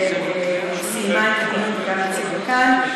שסיימה את הדיון וגם הציגה כאן,